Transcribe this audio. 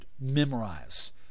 memorize